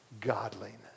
godliness